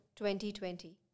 2020